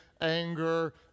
anger